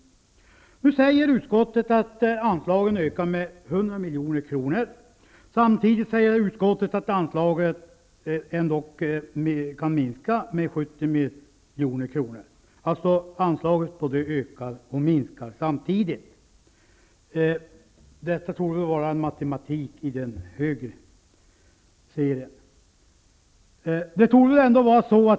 Nu säger man i utskottet att anslagen ökar med 100 milj.kr. Samtidigt säger man att anslaget kan minska med 70 milj.kr. Anslaget ökar och minskar samtidigt. Detta torde vara en matematik i den högre skolan.